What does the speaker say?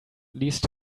least